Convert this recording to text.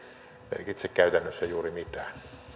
merkitse käytännössä juuri mitään